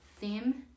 theme